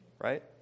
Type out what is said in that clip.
Right